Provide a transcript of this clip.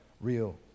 real